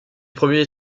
premiers